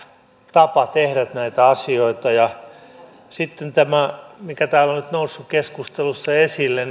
tapa tehdä näitä asioita sitten toivon että tähänkin mikä täällä on nyt noussut keskustelussa esille